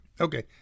Okay